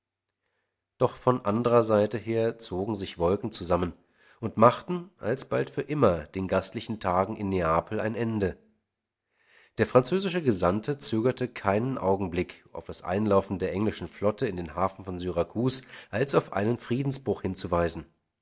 doch von anderer seite her zogen sich wolken zusammen und machten alsbald für immer den gastlichen tagen in neapel ein ende der französische gesandte zögerte keinen augenblick auf das einlaufen der englischen flotte in den hafen von syrakus als auf einen friedensbruch hinzuweisen